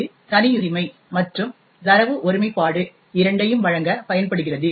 இது தனியுரிமை மற்றும் தரவு ஒருமைப்பாடு இரண்டையும் வழங்க பயன்படுகிறது